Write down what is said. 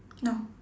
no